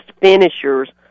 finishers